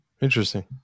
interesting